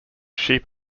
sheep